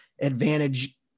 advantage